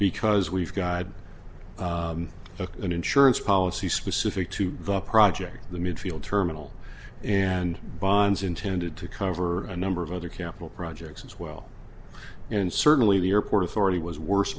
because we've got an insurance policy specific to the project the midfield terminal and bonds intended to cover a number of other capital projects as well and certainly the airport authority was worse